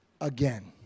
again